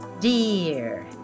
dear